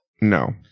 no